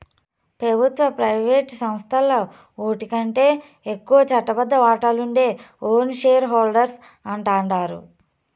పెబుత్వ, ప్రైవేటు సంస్థల్ల ఓటికంటే ఎక్కువ చట్టబద్ద వాటాలుండే ఓర్ని షేర్ హోల్డర్స్ అంటాండారు